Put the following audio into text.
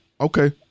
Okay